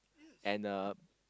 and a